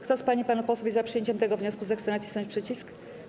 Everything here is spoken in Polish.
Kto z pań i panów posłów jest przyjęciem tego wniosku, zechce nacisnąć przycisk.